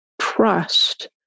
trust